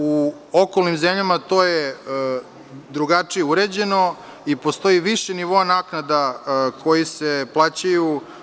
U okolnim zemljama to je drugačije uređeno i postoji više nivoa naknada koje se plaćaju.